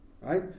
Right